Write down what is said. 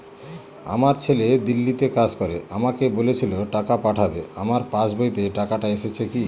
আমার ছেলে দিল্লীতে কাজ করে আমাকে বলেছিল টাকা পাঠাবে আমার পাসবইতে টাকাটা এসেছে কি?